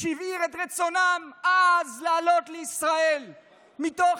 שהבהיר את רצונם העז לעלות לישראל מתוך